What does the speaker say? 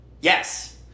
yes